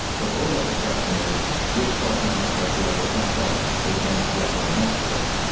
the low-level question is which parts of my network do i go centralize? which ones do i go mesh with?